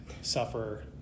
suffer